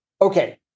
Okay